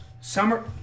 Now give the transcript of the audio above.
Summer